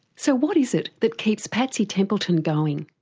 so what is it that keeps patsy templeton going?